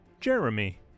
Jeremy